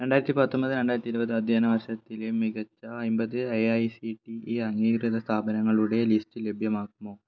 രണ്ടായിരത്തി പത്തൊമ്പത് രണ്ടായിരത്തി ഇരുപത് അധ്യയന വർഷത്തിലെ മികച്ച അമ്പത് എ ഐ സി ടി അംഗീകൃത സ്ഥാപനങ്ങളുടെ ലിസ്റ്റ് ലഭ്യമാകുമോ